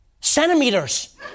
centimeters